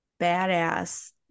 badass